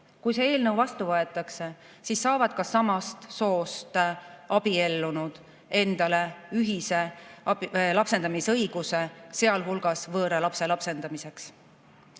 Kui see eelnõu vastu võetakse, siis saavad ka samast soost abiellunud endale ühise lapsendamisõiguse, sealhulgas võõra lapse lapsendamiseks.